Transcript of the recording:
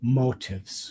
motives